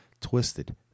twisted